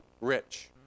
rich